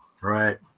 Right